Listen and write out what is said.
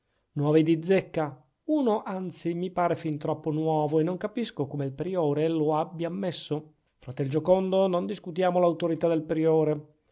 nuovi di zecca uno anzi mi pare fin troppo nuovo e non capisco come il priore lo abbia ammesso fratel giocondo non discutiamo l'autorità del priore